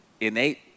innate